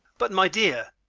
but my dear